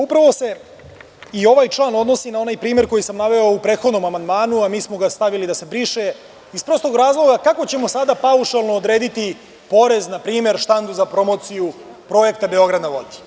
Upravo se i ovaj član odnosi na onaj primer koji sam naveo u prethodnom amandmanu, a mi smo ga stavili da se briše, iz prostog razloga, kako ćemo sada paušalno odrediti porez, na primer, štandu za promociju Projekta „Beograd na vodi“